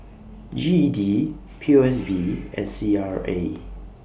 G E D P O S B and C R A